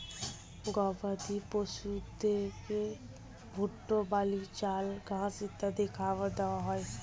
গবাদি পশুদেরকে ভুট্টা, বার্লি, চাল, ঘাস ইত্যাদি খাবার দেওয়া হয়